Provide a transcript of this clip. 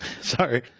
Sorry